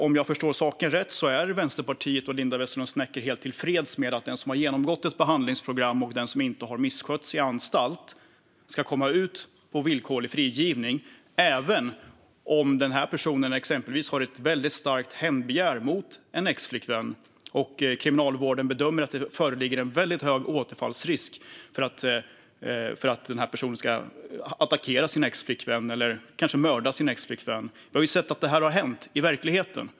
Om jag förstår saken rätt är Vänsterpartiet och Linda Westerlund Snecker helt tillfreds med att en person som genomgått ett behandlingsprogram och inte misskött sig på anstalten ska komma ut på villkorlig frigivning även om personen exempelvis har ett starkt hämndbegär mot en exflickvän och kriminalvården bedömer att det föreligger hög risk att personen attackerar och kanske mördar sin exflickvän. Vi har sett det här hända i verkligheten.